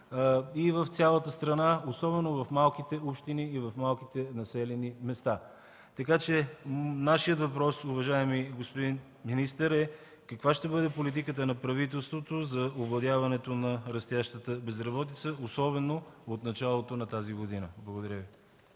и в цялата страна, особено в малките общини и населени места. Нашият въпрос, уважаеми господин министър, е: каква ще бъде политиката на правителството за овладяването на растящата безработица, особено от началото на тази година? Благодаря Ви.